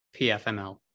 PFML